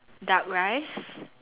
duck rice